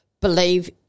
believe